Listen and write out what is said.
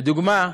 לדוגמה,